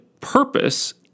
purpose